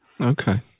Okay